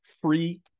free